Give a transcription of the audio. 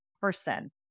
person